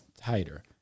tighter